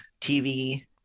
tv